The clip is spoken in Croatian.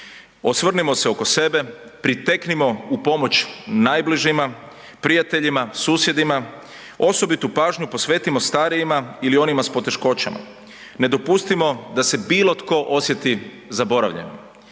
Osvrnimo se oko sebe, priteknimo u pomoć najbližima, prijateljima, susjedima, osobitu pažnju posvetimo starijima ili onima s poteškoćama. Ne dopustimo da se bilo tko osjeti zaboravljenim.